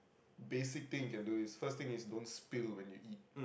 basic thing you can do is first thing is don't spill when you eat